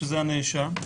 שזה הנאשם,